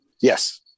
Yes